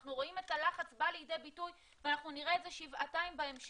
אנחנו רואים את הלחץ בא לידי ביטוי ואנחנו נראה את זה שבעתיים בהמשך.